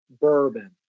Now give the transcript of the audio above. bourbon